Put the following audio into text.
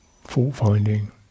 fault-finding